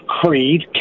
Creed